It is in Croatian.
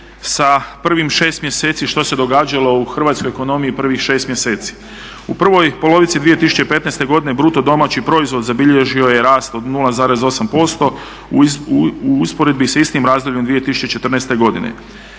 sa prvih 6 mjeseci što se događalo u hrvatskoj ekonomiji prvih 6 mjeseci. U prvoj polovici 2015. godine BDP zabilježio je rast od 0,8% u usporedbi sa istim razdobljem 2014. godine.